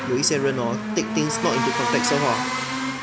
有一些人 hor take things not into context 的话